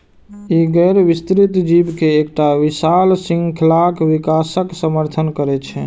ई गैर विस्तृत जीव के एकटा विशाल शृंखलाक विकासक समर्थन करै छै